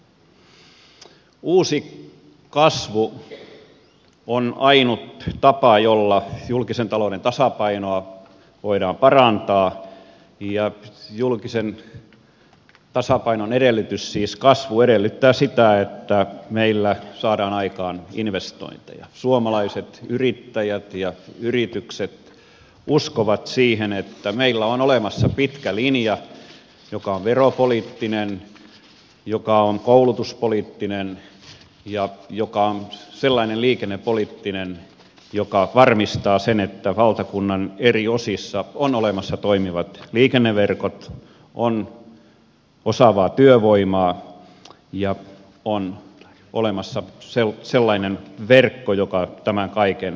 uusi kasvu on ainut tapa jolla julkisen talouden tasapainoa voidaan parantaa ja kasvu edellyttää sitä että meillä saadaan aikaan investointeja suomalaiset yrittäjät ja yritykset uskovat siihen että meillä on olemassa pitkä linja joka on veropoliittinen joka on koulutuspoliittinen ja joka on sellainen liikennepoliittinen joka varmistaa sen että valtakunnan eri osissa on olemassa toimivat liikenneverkot on osaavaa työvoimaa ja on olemassa sellainen verkko joka tämän kaiken mahdollistaa